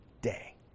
day